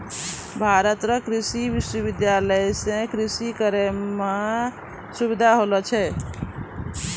भारत रो कृषि विश्वबिद्यालय से कृषि करै मह सुबिधा होलो छै